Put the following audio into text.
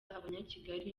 abanyakigali